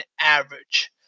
average